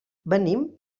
venim